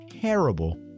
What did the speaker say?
terrible